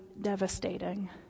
devastating